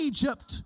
Egypt